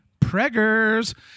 preggers